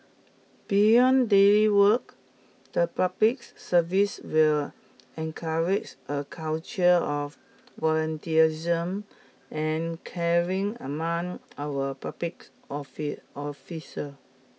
beyond daily work the public service will encourage a culture of volunteerism and caring among our public officer